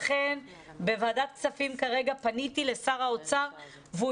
לכן כרגע בוועדת הכספים פניתי לשר האוצר והוא